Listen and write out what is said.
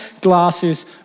glasses